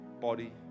body